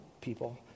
people